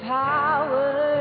power